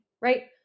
right